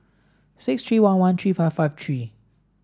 six three one one three five five three